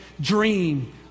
dream